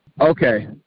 Okay